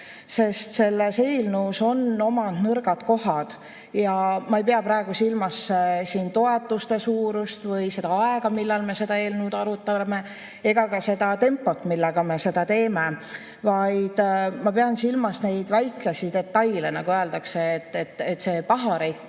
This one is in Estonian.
sest selles eelnõus on oma nõrgad kohad. Ma ei pea praegu silmas toetuste suurust või aega, millal me seda eelnõu arutame, ega ka seda tempot, millega me seda teeme, vaid ma pean silmas väikeseid detaile. Nagu öeldakse, paharet